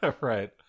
Right